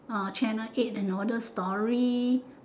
ah channel eight and all those story